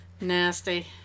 Nasty